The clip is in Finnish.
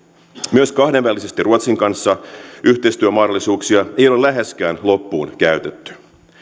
myös kahdenvälisesti ruotsin kanssa yhteistyömahdollisuuksia ei ole läheskään loppuun käytetty